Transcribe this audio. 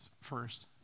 first